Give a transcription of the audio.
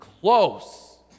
close